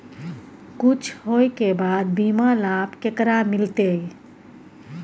कुछ होय के बाद बीमा लाभ केकरा मिलते?